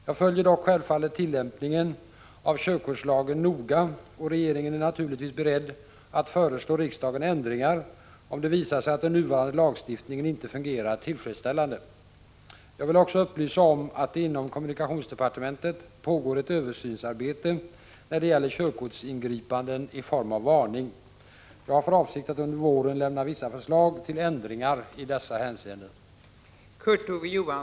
Jag följer dock självfallet tillämpningen av körkortslagen noga, och regeringen är naturligtvis beredd att föreslå riksdagen ändringar om det visar sig att den nuvarande lagstiftningen inte fungerar tillfredsställande. Jag vill också upplysa om att det inom kommunikationsdepartementet pågår ett översynsarbete när det gäller körkortsingripanden i form av varning. Jag har för avsikt att under våren lämna vissa förslag till ändringar i dessa hänseenden.